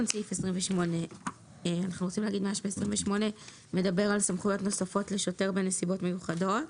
28 ו-28א סעיף 28 מדבר על סמכויות נוספות לשוטר בנסיבות מיוחדות,